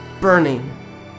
burning